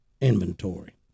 inventory